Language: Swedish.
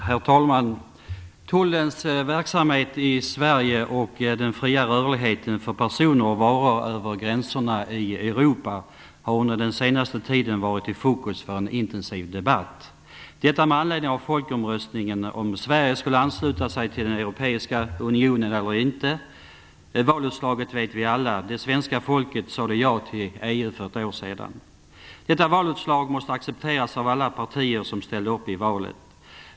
Herr talman! Tullens verksamhet i Sverige och den fria rörligheten för personer och varor över gränserna i Europa har under den senaste tiden varit i fokus för en intensiv debatt. Anledningen har varit folkomröstningen om Sverige skulle ansluta sig till den europeiska unionen eller inte. Valutslaget vet vi alla: Det svenska folket sade ja till EU för ett år sedan. Detta valutslag måste accepteras av alla partier som ställde upp i valet.